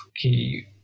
key